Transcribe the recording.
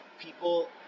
people